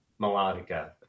melodica